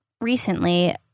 recently